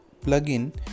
plugin